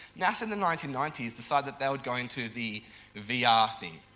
nasa in the nineteen ninety s decided they would go into the vr ah thing,